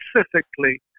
specifically